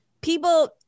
people